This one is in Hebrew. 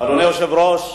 אדוני היושב-ראש,